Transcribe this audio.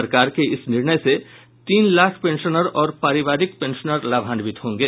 सरकार के इस निर्णय से तीन लाख पेंशनर और पारिवारिक पेंशनर लाभांवित होंगे